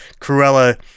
Cruella